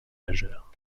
majeur